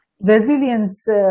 resilience